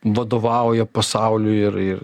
vadovauja pasauliui ir ir